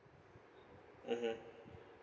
mmhmm